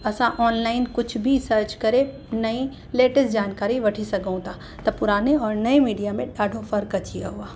असां ऑनलाइन कुझु बि सर्च करे नई लेटिस्ट जानकारी वठी सघूं था त पुराने और नए मीडिया में ॾाढो फ़र्क़ु अची वियो आहे